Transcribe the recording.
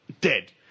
dead